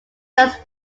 montes